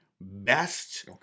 best